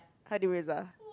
Hardy-Mirza